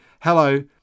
Hello